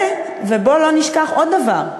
ובוא לא נשכח עוד דבר,